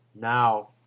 now